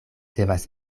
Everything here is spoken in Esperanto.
devas